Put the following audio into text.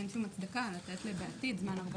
אין שום הצדקה לתת בעתיד זמן הרבה